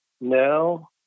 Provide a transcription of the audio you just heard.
No